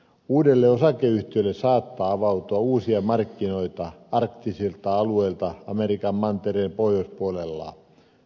uudelle osakeyhtiölle saattaa avautua uusia markkinoita arktisilta alueilta amerikan mantereen pohjoispuolella